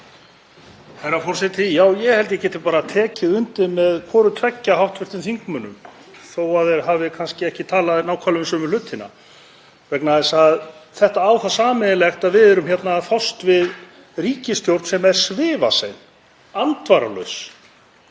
þetta á það sameiginlegt að við erum hérna að fást við ríkisstjórn sem er svifasein, andvaralaus.